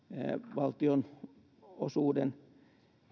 valtionosuuden